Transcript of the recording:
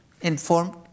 informed